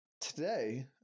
today